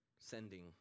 sending